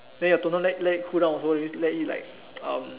then your toner let let it cool down also you need to let it like um